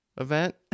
event